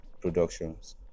productions